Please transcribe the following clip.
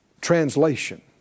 translation